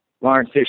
Lawrence